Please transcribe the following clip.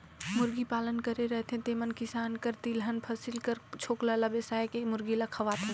मुरगी पालन करे रहथें तेमन किसान कर तिलहन फसिल कर छोकला ल बेसाए के मुरगी ल खवाथें